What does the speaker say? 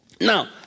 Now